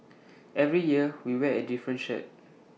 every year we wear A different shirt